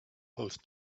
post